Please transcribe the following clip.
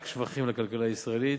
רק שבחים לכלכלה הישראלית,